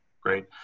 Great